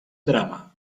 drama